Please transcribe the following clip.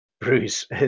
Bruce